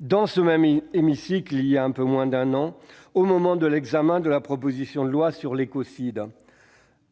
dans ce même hémicycle il y a un peu moins d'un an, au moment de l'examen de la proposition de loi sur l'écocide.